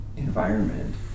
environment